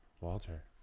Walter